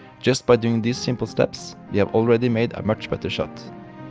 just by doing these simple steps, you have already made a much better shot.